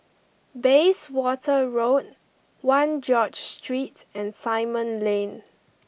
Bayswater Road One George Street and Simon Lane